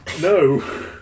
No